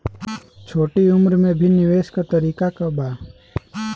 छोटी उम्र में भी निवेश के तरीका क बा?